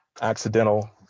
accidental